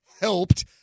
helped